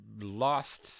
lost